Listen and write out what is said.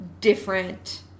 different